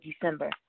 December